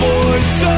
voice